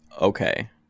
okay